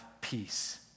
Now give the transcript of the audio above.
peace